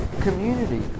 community